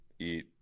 eat